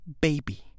Baby